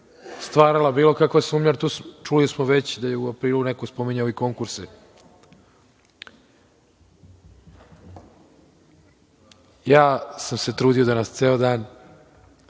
stvarala bilo kakva sumnja. Čuli smo već da je u aprilu neko spominjao i konkurse. Ja sam se trudio danas ceo dan